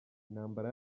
intambara